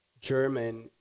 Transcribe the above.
German